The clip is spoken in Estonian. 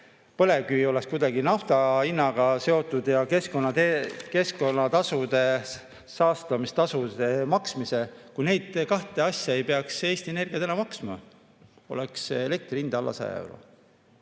põlevkivi oleks kuidagi nafta hinnaga seotud, ja keskkonnatasude, saastamistasude maksmise. Kui neid kahte asja ei peaks Eesti Energia maksma, oleks elektri hind alla 100 euro,